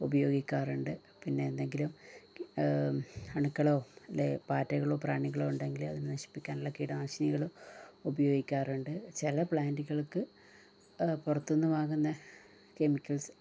ഉപയോഗിക്കാറുണ്ട് പിന്നെ എന്തെങ്കിലും അണുക്കളോ അല്ലെൽ പാറ്റകളോ പ്രാണികളോ ഉണ്ടെങ്കില് അതിനെ നശിപ്പിക്കാനുള്ള കീഡനാശിനികള് ഉപയോഗിക്കറുണ്ട് ചില പ്ലാന്റുകൾക്ക് പുറത്തുനിന്ന് വാങ്ങുന്ന കെമിക്കൽസ്